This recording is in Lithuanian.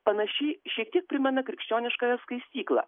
panaši šiek tiek primena krikščioniškąją skaistyklą